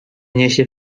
niesie